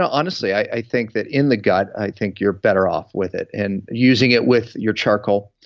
honestly, i think that in the gut, i think you're better off with it, and using it with your charcoal,